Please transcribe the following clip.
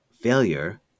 Failure